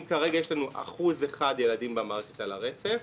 אם כרגע יש לנו 1% של ילדים במערכת על הרצף,